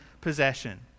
possession